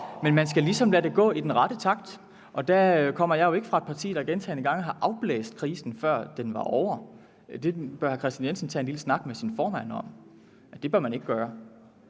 men man skal ligesom lade det gå i den rette takt. Jeg kommer jo ikke fra et parti, der gentagne gange har afblæst krisen, før den var ovre. Hr. Kristian Jensen bør tage en lille snak med sin formand om, at det bør man gøre.